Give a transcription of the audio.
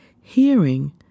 Hearing